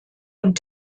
und